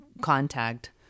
contact